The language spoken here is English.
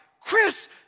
Chris